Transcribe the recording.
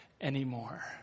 anymore